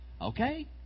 Okay